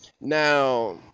now